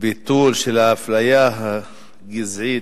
הביטול של האפליה הגזעית,